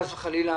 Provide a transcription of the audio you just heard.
חס וחלילה,